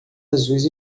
azuis